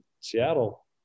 Seattle